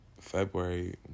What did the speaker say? February